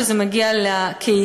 כשזה מגיע לקהילה